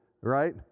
right